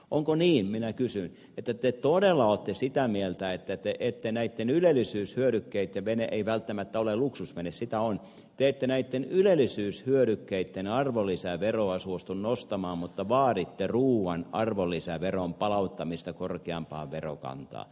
onko niin minä kysyn että te todella olette sitä mieltä että te ette näitten ylellisyyshyödykkeitten vene ei välttämättä ole luksusvene sitä on arvonlisäveroa suostu nostamaan mutta vaaditte ruuan arvonlisäveron palauttamista korkeampaan verokantaan